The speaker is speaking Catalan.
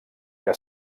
que